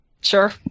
Sure